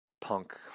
punk